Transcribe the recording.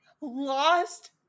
lost